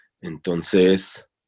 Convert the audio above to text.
Entonces